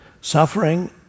Suffering